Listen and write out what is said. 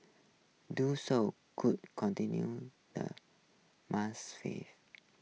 do so could continue the Muslim faith